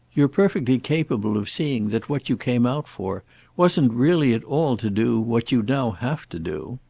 you're perfectly capable of seeing that what you came out for wasn't really at all to do what you'd now have to do.